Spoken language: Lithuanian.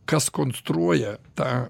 kas konstruoja tą